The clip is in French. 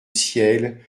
ciel